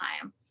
time